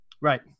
Right